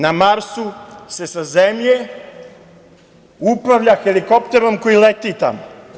Na Marsu se sa Zemlje upravlja helikopterom koji leti tamo.